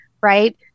right